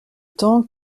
temps